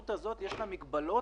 מה זה "למה"?